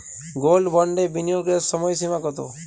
Gold বন্ডে বিনিয়োগের সময়সীমা কতো?